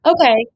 Okay